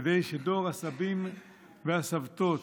כדי שדור הסבים והסבתות